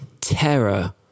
terror